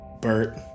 Bert